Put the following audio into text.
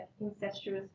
incestuous